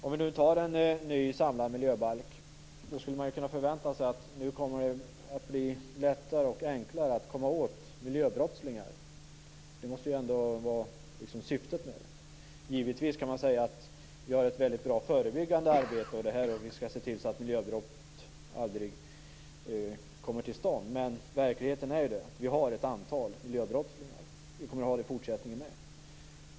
Om vi nu antar en ny samlad miljöbalk skulle man kunna förvänta sig att det blir enklare att komma åt miljöbrottslingar. Det måste ändå vara syftet med den. Givetvis kan man säga att vi har ett mycket bra förebyggande arbete och att vi skall se till att miljöbrott aldrig kommer till stånd. Men verkligheten är att vi har ett antal miljöbrottslingar och vi kommer att ha det i fortsättningen också.